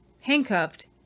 handcuffed